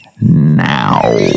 now